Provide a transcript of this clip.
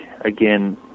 again